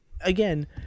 again